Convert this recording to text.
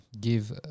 give